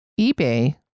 eBay